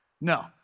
no